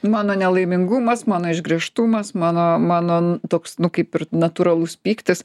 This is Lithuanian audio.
mano nelaimingumas mano išgręžtumas mano mano toks nu kaip ir natūralus pyktis